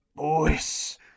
Boys